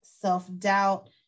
self-doubt